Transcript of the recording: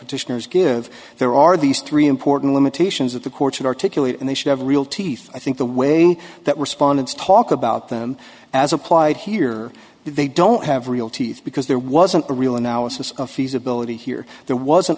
petitioners give there are these three important limitations that the courts articulate and they should have real teeth i think the way that respondents talk about them as applied here they don't have real teeth because there wasn't a real analysis of feasibility here there wasn't